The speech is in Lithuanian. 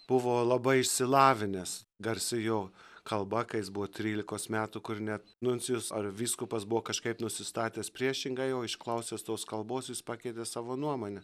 buvo labai išsilavinęs garsi jo kalba kai jis buvo trylikos metų kur net nuncijus ar vyskupas buvo kažkaip nusistatęs priešingai jo išklausęs tos kalbos jis pakeitė savo nuomonę